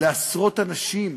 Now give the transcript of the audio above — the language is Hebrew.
לעשרות אנשים,